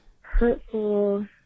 Hurtful